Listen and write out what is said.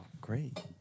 great